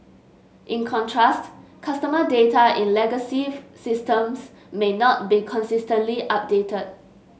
in contrast customer data in legacy if systems may not be consistently updated